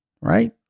right